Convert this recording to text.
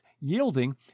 yielding